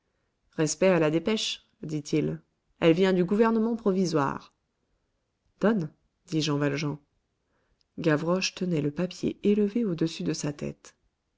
respect à la dépêche dit-il elle vient du gouvernement provisoire donne dit jean valjean gavroche tenait le papier élevé au-dessus de sa tête